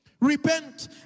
Repent